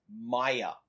Maya